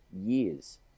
years